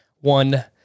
one